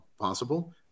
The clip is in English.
possible